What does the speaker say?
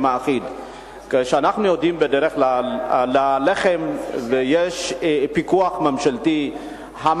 כשאנחנו יודעים שבדרך כלל יש פיקוח ממשלתי על הלחם.